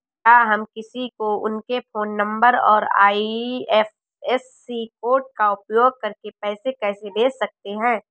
क्या हम किसी को उनके फोन नंबर और आई.एफ.एस.सी कोड का उपयोग करके पैसे कैसे भेज सकते हैं?